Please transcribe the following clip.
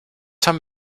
time